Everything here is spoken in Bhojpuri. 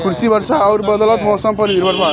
कृषि वर्षा आउर बदलत मौसम पर निर्भर बा